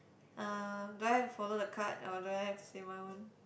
uh do I have follow the card or do I have to say my own